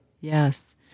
Yes